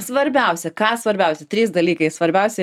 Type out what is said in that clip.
svarbiausia ką svarbiausi trys dalykai svarbiausi